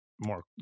more